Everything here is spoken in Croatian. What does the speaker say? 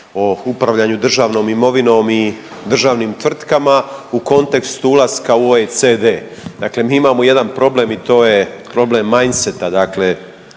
o upravljanju državnom imovinom i državnim tvrtkama u kontekstu ulaska u OECD. Dakle mi imamo jedan problem i to je problem mindseta